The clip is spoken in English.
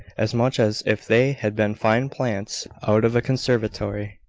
as much as if they had been fine plants out of a conservatory.